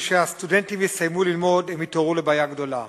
כשהסטודנטים יסיימו ללמוד הם יתעוררו לבעיה גדולה.